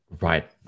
Right